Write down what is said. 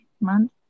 month